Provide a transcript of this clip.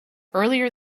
earlier